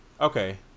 okay